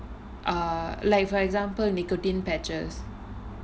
like for example nicotine patches